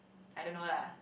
I don't know lah